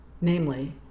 namely